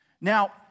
Now